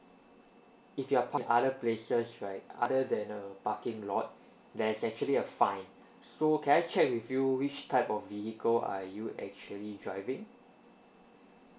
if you park other places right other than the parking lot there's actually a fine so can I check with you which type of vehicle are you actually driving